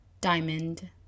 Diamond